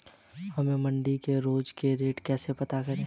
हम मंडी के रोज के रेट कैसे पता करें?